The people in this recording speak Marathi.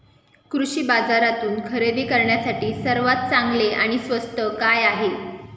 कृषी बाजारातून खरेदी करण्यासाठी सर्वात चांगले आणि स्वस्त काय आहे?